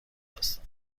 هستم